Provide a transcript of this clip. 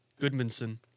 Goodmanson